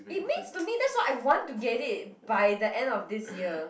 it means to me that's why I want to get it by the end of this year